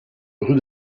rue